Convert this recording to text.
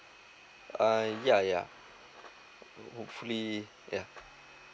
uh yeah yeah hopefully yeah